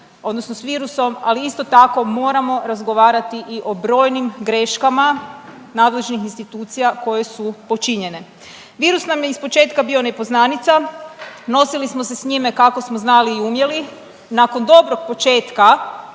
odnosno s virusom, ali isto tako, moramo razgovarati i o brojnim greškama nadležnih institucija koje su počinjene. Virus nam je ispočetka bio nepoznanica, nosili smo se s njime kako smo znali i umjeli, nakon dobrog početka